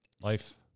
Life